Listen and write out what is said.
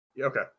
Okay